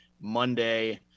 Monday